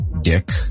dick